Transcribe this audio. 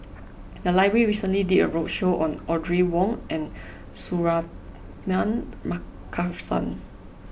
the library recently did a roadshow on Audrey Wong and Suratman Markasan